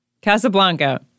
Casablanca